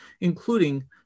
including